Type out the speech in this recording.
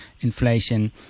inflation